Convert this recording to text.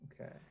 Okay